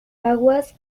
aguas